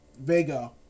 Vega